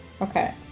Okay